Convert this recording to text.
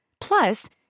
Plus